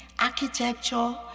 architecture